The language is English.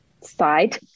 side